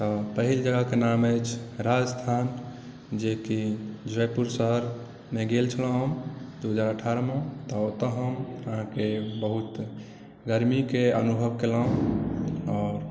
तऽ पहिल जगह कऽ नाम अछि राजस्थान जेकि जयपुर शहरमे गेल छलहुँ हम दू हजार अठारह मे तऽ ओतऽ हम अहाँकेँ बहुत गर्मीके अनुभव केलहुँ आओर